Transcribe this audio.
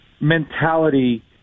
mentality